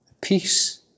peace